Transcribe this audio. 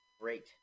great